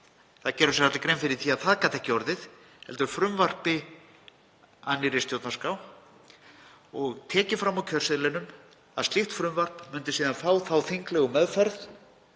Það gerðu sér allir grein fyrir að það gat ekki orðið, heldur frumvarpi að nýrri stjórnarskrá og tekið fram á kjörseðlinum að slíkt frumvarp myndi síðan fá þá þinglegu meðferð